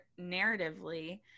narratively